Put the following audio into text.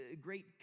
great